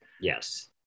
Yes